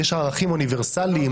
יש ערכים אוניברסליים,